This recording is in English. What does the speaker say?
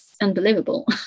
Unbelievable